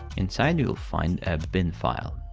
inside you'll find a bin file.